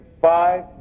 five